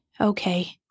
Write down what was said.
okay